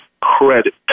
credit